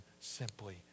simply